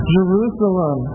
Jerusalem